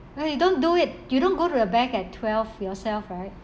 and you don't do it you don't go to the bank at twelve yourself right